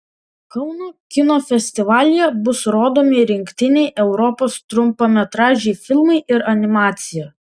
kauno kino festivalyje bus rodomi rinktiniai europos trumpametražiai filmai ir animacija